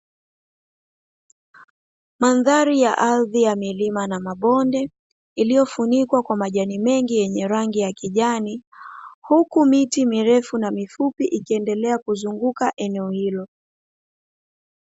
Mandhari ya ardhi ya milima na mabonde, iliyofunikwa kwa majani mengi yenye rangi ya kijani huku miti mirefu na ikiendelea kuzuunguka eneo hilo.